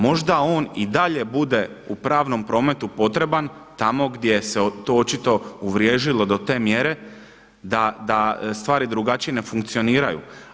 Možda on i dalje bude u pravnom prometu potreban tamo gdje se to očito uvriježilo do te mjere da stvari drugačije ne funkcioniraju.